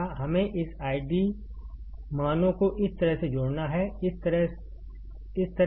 हमें इस आईडी मानों को इस तरह से जोड़ना है इस तरह इस तरह से